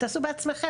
תעשו בעצמכם,